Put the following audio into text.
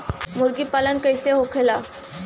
मुर्गी पालन कैसे होखेला?